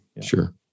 Sure